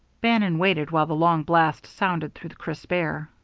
bannon waited while the long blast sounded through the crisp air.